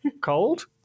cold